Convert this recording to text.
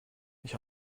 ich